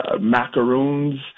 macaroons